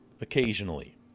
occasionally